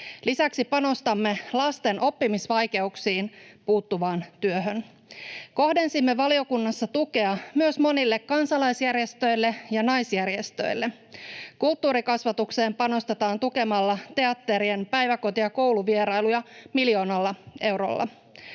Lisäksi panostamme lasten oppimisvaikeuksiin puuttuvaan työhön. Kohdensimme valiokunnassa tukea myös monille kansalaisjärjestöille ja naisjärjestöille. Kulttuurikasvatukseen panostetaan tukemalla teatterien päiväkoti- ja kouluvierailuja miljoonalla eurolla.